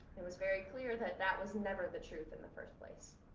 it was very clear that that was never the truth in the first place.